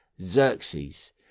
Xerxes